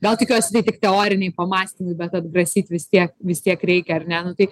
gal tikiuosi tai tik teoriniai pamąstymui bet atgrasyt vis tiek vis tiek reikia ar ne nu tai